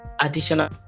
additional